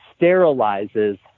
sterilizes